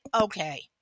okay